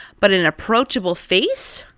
but an approachable face.